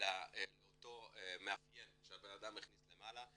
לאותו מאפיין שהבנאדם הכניס למעלה.